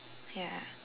ya